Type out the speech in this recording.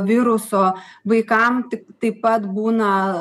viruso vaikams tik taip pat būna